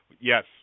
Yes